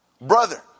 brother